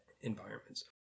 environments